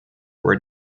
were